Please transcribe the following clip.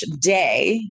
day